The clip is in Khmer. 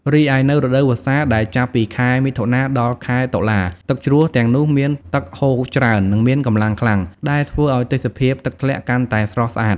រីឯនៅរដូវវស្សា ដែលចាប់ពីខែមិថុនា ដល់ខែតុលា ទឹកជ្រោះទាំងនោះមានទឹកហូរច្រើន និងមានកម្លាំងខ្លាំង ដែលធ្វើឲ្យទេសភាពទឹកធ្លាក់កាន់តែស្រស់ស្អាត។